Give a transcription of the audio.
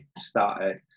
started